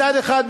מצד אחד,